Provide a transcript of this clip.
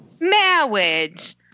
marriage